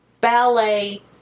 ballet